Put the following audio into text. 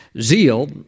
Zeal